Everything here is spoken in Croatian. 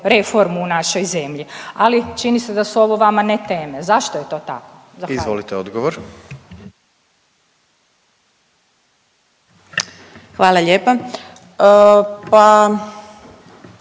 reformu u našoj zemlji, ali čini se da su ovo vama ne teme. Zašto je to tako? Zahvaljujem.